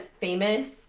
famous